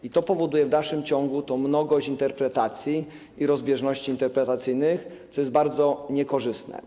I to powoduje w dalszym ciągu tę mnogość interpretacji, rozbieżności interpretacyjne, co jest bardzo niekorzystne.